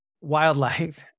wildlife